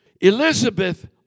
Elizabeth